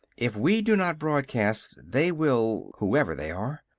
if we do not broadcast, they will whoever they are.